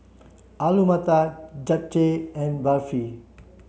Alu Matar Japchae and Barfi